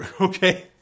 okay